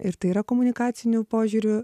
ir tai yra komunikaciniu požiūriu